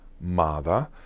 mother